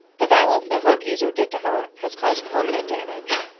the violence that her abuser did to her has caused permanent damage.